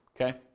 Okay